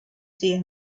see